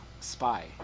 spy